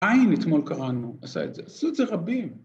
עין אתמול קראנו, עשה את זה, עשו את זה רבים.